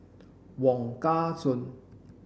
Wong Kah Chun